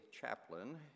chaplain